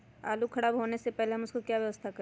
आलू खराब होने से पहले हम उसको क्या व्यवस्था करें?